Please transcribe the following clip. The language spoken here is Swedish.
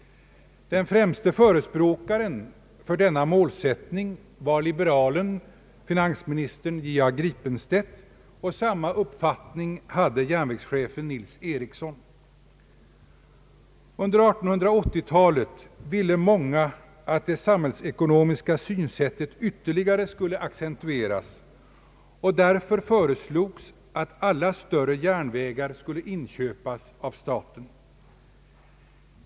Den främste förespråkaren för denna målsättning var liberalen, finansministern J. A. Gripenstedt, och samma uppfattning hade järnvägschefen Nils Ericson. Under 1880-talet ville många att det samhällsekonomiska synsättet ytterligare skulle accentueras, och därför föreslogs att alla större järnvägar skulle inköpas av staten.